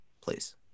please